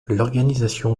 l’organisation